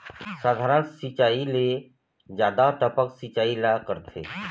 साधारण सिचायी ले जादा टपक सिचायी ला करथे